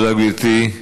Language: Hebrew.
תודה, גברתי.